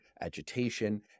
agitation